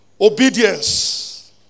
Obedience